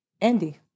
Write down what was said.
Andy